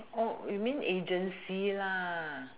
you mean agency lah